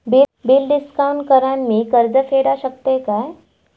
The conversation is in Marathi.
बिल डिस्काउंट करान मी कर्ज फेडा शकताय काय?